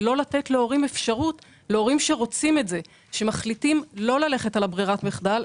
ולא לתת אפשרות להורים שמחליטים לא ללכת על ברירת המחדל,